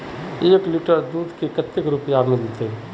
एक लीटर दूध के कते रुपया मिलते?